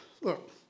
look